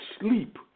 sleep